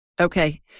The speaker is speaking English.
Okay